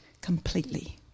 completely